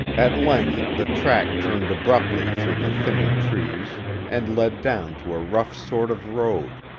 at length the track turned abruptly through the thinning trees and led down to a rough sort of road,